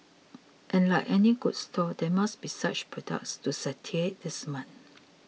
and like any good store there must be such products to satiate this man